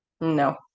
No